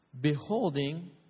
beholding